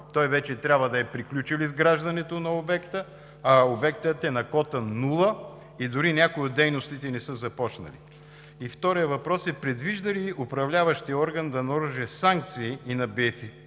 Той вече трябва да е приключил изграждането на обекта, а обектът е на кота нула и дори някои от дейностите не са започнали. Вторият въпрос е: предвижда ли управляващият орган да наложи санкции и на